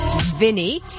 Vinny